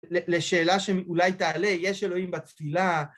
לשאלה שאולי תעלה, יש אלוהים בצפילה.